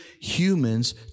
humans